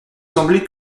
sembler